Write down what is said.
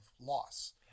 loss